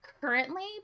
currently